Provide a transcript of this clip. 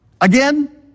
Again